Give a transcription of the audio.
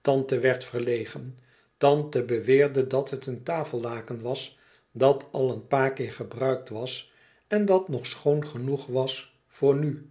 tante werd verlegen tante beweerde dat het een tafellaken was dat al een paar keer gebruikt was en dat nog schoon genoeg was voor nu